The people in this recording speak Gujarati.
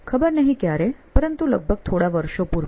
ખબર નહિ ક્યારે પરંતુ લગભગ થોડા વર્ષો પૂર્વે